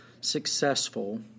successful